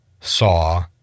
Saw